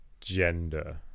gender